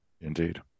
indeed